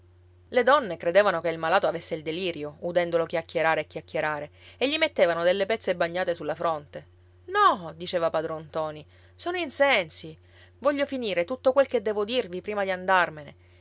le donne credevano che il malato avesse il delirio udendolo chiacchierare e chiacchierare e gli mettevano delle pezze bagnate sulla fronte no diceva padron ntoni sono in sensi voglio finire tutto quel che devo dirvi prima di andarmene